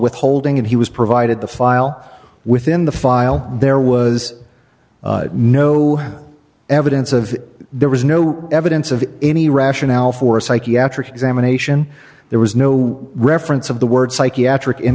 withholding and he was provided the file within the file there was no evidence of there was no evidence of any rationale for a psychiatric examination there was no reference of the word psychiatric in